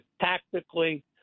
tactically